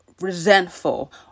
resentful